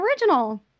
original